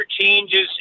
changes